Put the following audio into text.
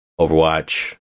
Overwatch